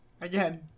Again